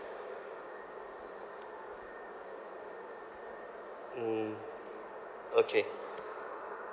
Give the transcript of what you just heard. mm okay